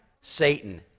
Satan